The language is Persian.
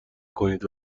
کنید